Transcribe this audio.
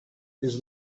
his